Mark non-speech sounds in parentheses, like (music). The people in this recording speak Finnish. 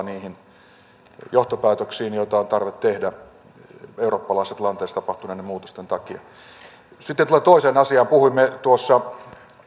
(unintelligible) niihin johtopäätöksiin joita on tarve tehdä eurooppalaisessa tilanteessa tapahtuneiden muutosten takia sitten tullaan toiseen asiaan puhuimme tuossa